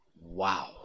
Wow